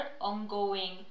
ongoing